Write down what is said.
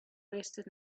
wasted